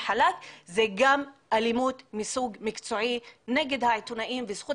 חאלק זה גם אלימות מסוג מקצועי נגד העיתונאים וזכות